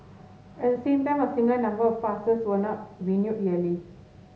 at the same time a similar number of passes were not renewed yearly